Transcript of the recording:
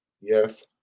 Yes